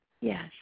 Yes